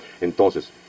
Entonces